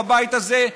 בבית הזה,